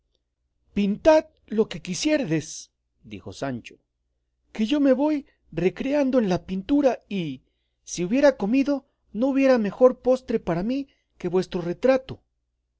pintad lo que quisiéredes dijo sancho que yo me voy recreando en la pintura y si hubiera comido no hubiera mejor postre para mí que vuestro retrato